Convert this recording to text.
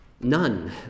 None